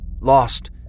lost